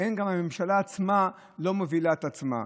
גם הממשלה עצמה לא מובילה את עצמה.